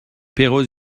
perros